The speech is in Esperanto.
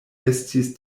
estis